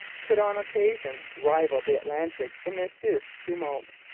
could on occasion rival the atlantic in their fierce tumult.